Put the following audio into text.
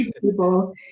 people